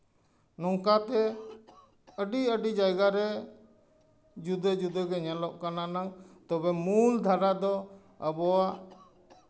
ᱱᱚᱝᱠᱟ ᱮ ᱟᱹᱰᱤ ᱟᱹᱰᱤ ᱡᱟᱭᱜᱟ ᱨᱮ ᱡᱩᱫᱟᱹ ᱡᱩᱫᱟᱹ ᱜᱮ ᱧᱮᱞᱚᱜ ᱠᱟᱱᱟ ᱱᱟᱝ ᱛᱚᱵᱮ ᱢᱩᱞ ᱫᱷᱟᱨᱟ ᱫᱚ ᱟᱵᱚᱣᱟᱜ